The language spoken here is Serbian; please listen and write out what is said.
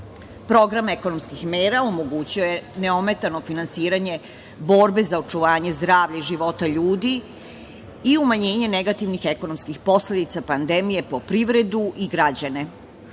Program ekonomskih mera omogućio je neometano finansiranje borbe za očuvanje zdravlja i života ljudi i umanjenje negativnih ekonomskih posledica pandemije po privredu i građane.